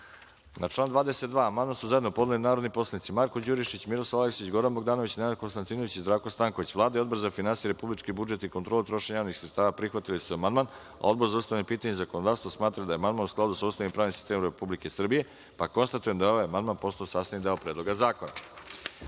član 35. amandman su zajedno podneli narodni poslanici Marko Đurišić, Miroslav Aleksić, Goran Bogdanović, Nenad Konstantinović i Zdravko Stanković. Vlada i Odbor za finansije, republički budžet i kontrolu trošenja javnih sredstava prihvatili su amandman. Odbor za ustavna pitanja i zakonodavstvo smatra da je amandman u skladu sa Ustavom i pravnim sistemom Republike Srbije. Konstatujem da je ovaj amandman postao sastavni deo Predloga zakona. Da